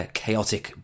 chaotic